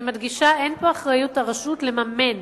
אני מדגישה: אין פה אחריות הרשות לממן,